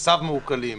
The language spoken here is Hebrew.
ונכסיו מעוקלים,